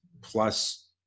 plus